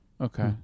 Okay